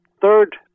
third